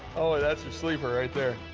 oh, that's your sleeper right there.